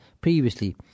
previously